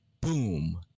boom